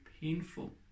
painful